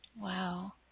Wow